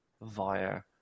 via